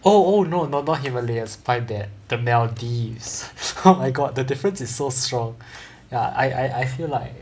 oh oh no not himalayas that maldives my god the difference is so strong ya I I I feel like